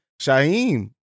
shaheem